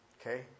Okay